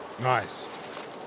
Nice